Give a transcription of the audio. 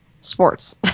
sports